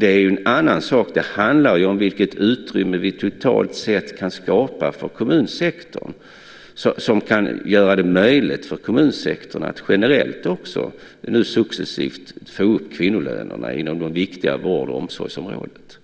är en annan sak. Det handlar om vilket utrymme vi totalt sett kan skapa för kommunsektorn som kan göra det möjligt för kommunsektorn att också successivt få upp kvinnolönerna generellt inom det viktiga vård och omsorgsområdet.